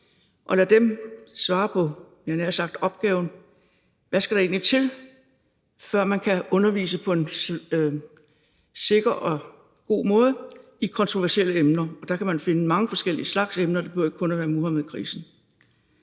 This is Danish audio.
jeg havde nær sagt opgaven, hvad der egentlig skal til, før man kan undervise på en sikker og god måde i kontroversielle emner. Og der kan man finde mange forskellige slags emner, det behøver ikke kun at være Muhammedkrisen.